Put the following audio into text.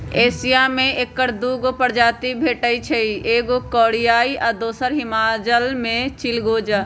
Asia में ऐकर दू गो प्रजाति भेटछइ एगो कोरियाई आ दोसर हिमालय में चिलगोजा